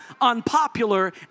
unpopular